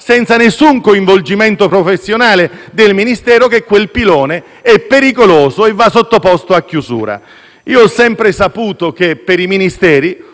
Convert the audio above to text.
senza nessun coinvolgimento professionale del Ministero, che quel pilone è pericoloso e va sottoposto a chiusura. Per quanto riguarda i Ministeri